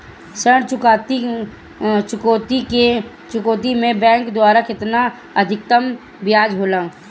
ऋण चुकौती में बैंक द्वारा केतना अधीक्तम ब्याज होला?